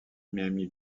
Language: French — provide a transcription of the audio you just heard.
miami